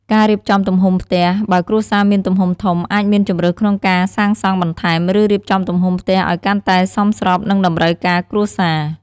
ការរៀបចំទំហំផ្ទះ បើគ្រួសារមានទំហំធំ អាចមានជម្រើសក្នុងការសាងសង់បន្ថែម ឬរៀបចំទំហំផ្ទះឲ្យកាន់តែសមស្របនឹងតម្រូវការគ្រួសារ។